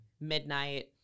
midnight